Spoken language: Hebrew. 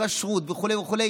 כשרות וכו',